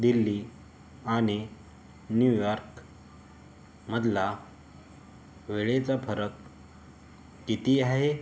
दिल्ली आणि न्यूयॉर्कमधला वेळेचा फरक किती आहे